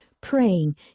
Praying